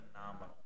phenomenal